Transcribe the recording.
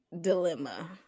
dilemma